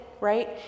right